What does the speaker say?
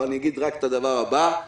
אבל אגיד רק את הדבר הבא: